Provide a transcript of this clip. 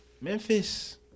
Memphis